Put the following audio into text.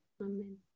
Amen